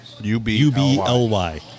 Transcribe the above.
U-B-L-Y